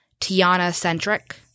Tiana-centric